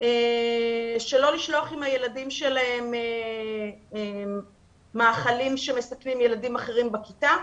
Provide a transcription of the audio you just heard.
לא לשלוח עם הילדים שלהם מאכלים שמסכנים ילדים אחרים בכיתה.